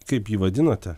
kaip jį vadinote